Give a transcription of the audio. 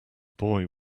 boy